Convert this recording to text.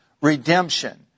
redemption